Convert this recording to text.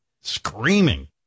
screaming